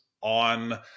on